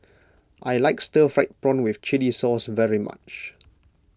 I like Stir Fried Prawn with Chili Sauce very much